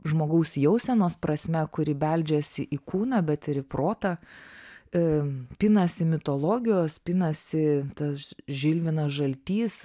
žmogaus jausenos prasme kuri beldžiasi į kūną bet ir į protą e pinasi mitologijos pinasi tas žilvinas žaltys